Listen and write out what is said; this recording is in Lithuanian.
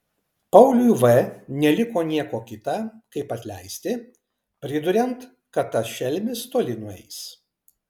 pauliui v neliko nieko kita kaip atleisti priduriant kad tas šelmis toli nueis